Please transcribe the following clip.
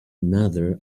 another